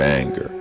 anger